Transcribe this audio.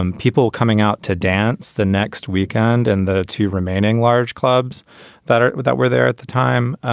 um people coming out to dance the next weekend and the two remaining large clubs that are without were there at the time.